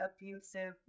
abusive